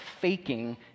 faking